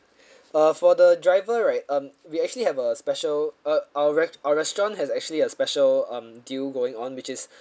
uh for the driver right um we actually have a special uh I'll res~ our restaurant has actually a special um deal going on which is